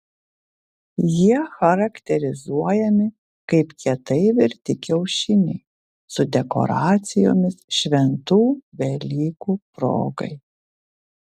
jie charakterizuojami kaip kietai virti kiaušiniai su dekoracijomis šventų velykų progai